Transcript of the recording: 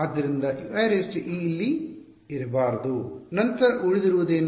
ಆದ್ದರಿಂದ Uie ಅಲ್ಲಿ ಇರಬಾರದು ನಂತರ ಉಳಿದಿರುವುದೇನು